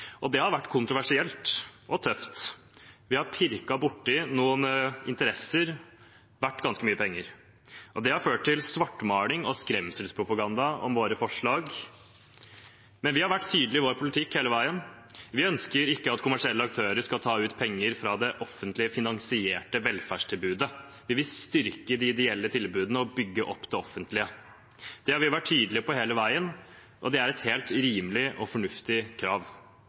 kampen. Det har vært kontroversielt og tøft. Vi har pirket borti noen interesser verdt ganske mye penger, og det har ført til svartmaling og skremselspropaganda om våre forslag. Men vi har vært tydelige i vår politikk hele veien. Vi ønsker ikke at kommersielle aktører skal ta ut penger fra det offentlig finansierte velferdstilbudet. Vi vil styrke de ideelle tilbudene og bygge opp det offentlige. Det har vi vært tydelige på hele veien, og det er et helt rimelig og fornuftig krav.